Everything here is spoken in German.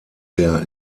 der